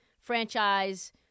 Franchise